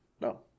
no